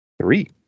three